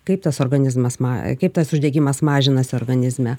kaip tas organizmas ma kaip tas uždegimas mažinasi organizme